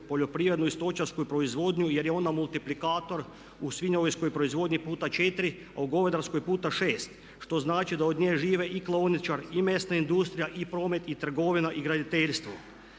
poljoprivrednu i stočarsku proizvodnju jer je ona multiplikator u svinjogojskoj proizvodnji puta 4 a u govedarskoj puta 6, što znači da od nje žive i klaoničari i mesna industrija i promet i trgovina i graditeljstvo.